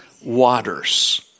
waters